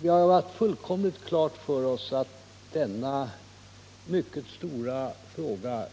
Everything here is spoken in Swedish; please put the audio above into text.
Vi har haft fullt klart för oss att det kommer att ta avsevärd tid att arbeta med denna mycket stora fråga